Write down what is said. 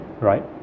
right